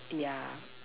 yeah